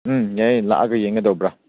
ꯎꯝ ꯌꯥꯏꯌꯦ ꯂꯥꯛꯂꯒ ꯌꯦꯡꯒꯗꯧꯕ꯭ꯔꯥ